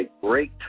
great